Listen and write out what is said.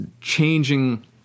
changing